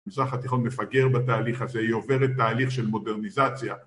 המזרח התיכון מפגר בתהליך הזה, היא עוברת תהליך של מודרניזציה